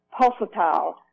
pulsatile